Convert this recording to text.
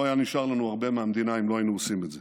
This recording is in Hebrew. לא היה נשאר לנו הרבה מהמדינה אם לא היינו עושים את זה.